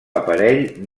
aparell